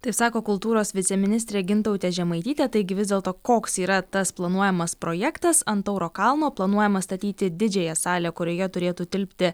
taip sako kultūros viceministrė gintautė žemaitytė taigi vis dėlto koks yra tas planuojamas projektas ant tauro kalno planuojama statyti didžiąją salę kurioje turėtų tilpti